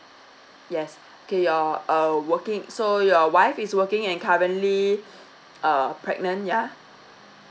yes okay your uh working so your wife is working and currently uh pregnant yeah